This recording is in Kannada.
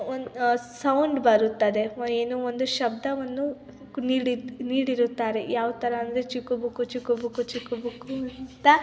ಒಂದು ಸೌಂಡ್ ಬರುತ್ತದೆ ಏನು ಒಂದು ಶಬ್ದವನ್ನು ನೀಡಿ ನೀಡಿರುತ್ತಾರೆ ಯಾವ ಥರ ಅಂದರೆ ಚಿಕು ಬುಕು ಚಿಕು ಬುಕು ಚಿಕು ಬುಕು ಅಂತ